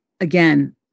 again